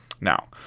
Now